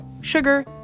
sugar